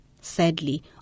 Sadly